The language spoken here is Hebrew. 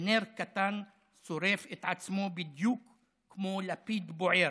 ונר קטן שורף את עצמו בדיוק כמו לפיד בוער.